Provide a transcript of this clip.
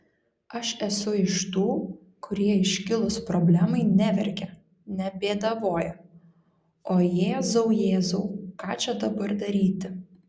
aš esu iš tų kurie iškilus problemai neverkia nebėdavoja o jėzau jėzau ką čia dabar daryti